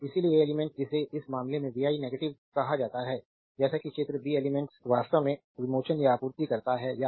इसलिए एलिमेंट्स जिसे इस मामले में vi नेगेटिव कहा जाता है जैसा कि चित्र b एलिमेंट्स वास्तव में विमोचन या आपूर्ति करता है या